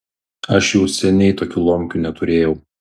aš jau seniai tokių lomkių neturėjau